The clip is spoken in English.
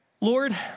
Lord